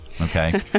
Okay